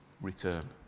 return